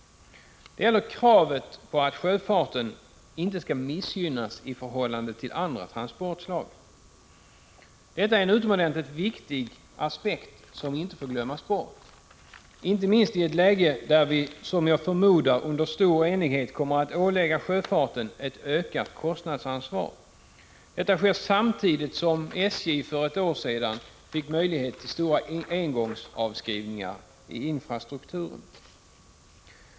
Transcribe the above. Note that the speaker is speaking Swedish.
Den gäller kravet på att sjöfarten inte skall missgynnas i förhållande till andra transportslag. Detta är en utomordentligt viktig aspekt som inte får glömmas bort — allra minst i ett läge där vi, som jag förmodar, under stor enighet kommer att ålägga sjöfarten ett ökat kostnadsansvar. Detta sker parallellt med att SJ, för ett år sedan, fick möjlighet till stora engångsavskrivningar i infrastrukturen.